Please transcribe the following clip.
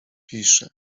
pisze